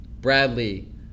Bradley